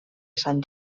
sant